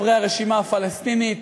חברי הרשימה הפלסטינית,